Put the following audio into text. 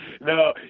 no